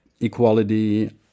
equality